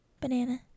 banana